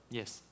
yes